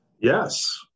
Yes